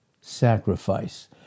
sacrifice